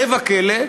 רבע כלא,